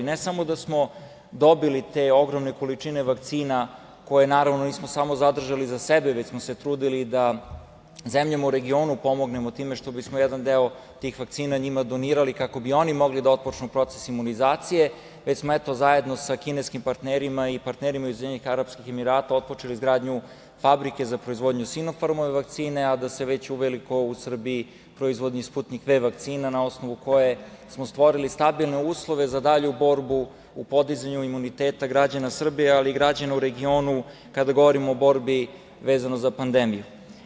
Ne da smo samo dobili te ogromne količine vakcina, koje naravno nismo samo zadržali za sebe, već smo trudili da zemljama u regionu pomognemo time što bismo jedan deo tih vakcina njima donirali, kako bi oni mogli da otpočnu proces imunizacije, već smo, eto, zajedno sa kineskim parternima i partnerima iz UAE otpočeli izgradnju fabrike za proizvodnju Sinofarmove vakcine, a da se već uveliko u Srbiji proizvodi „Sputnik V“ vakcina, na osnovu koje smo stvorili stabilne uslove za dalju borbu u podizanju imuniteta građana Srbije, ali i građana u regionu, kada govorimo o borbi vezano za pandemiju.